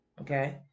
okay